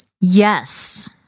Yes